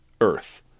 earth